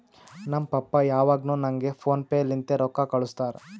ನಮ್ ಪಪ್ಪಾ ಯಾವಾಗ್ನು ನಂಗ್ ಫೋನ್ ಪೇ ಲಿಂತೆ ರೊಕ್ಕಾ ಕಳ್ಸುತ್ತಾರ್